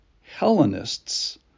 Hellenists